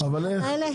אבל איך?